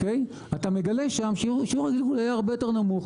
אתה מגלה שם שיעור הגלגול היה הרבה יותר נמוך,